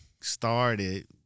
started